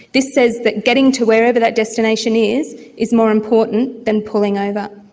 this says that getting to wherever that destination is is more important than pulling over.